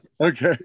Okay